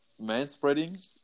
manspreading